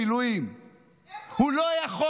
אתה משחק בשכול, באמת.